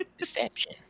Deception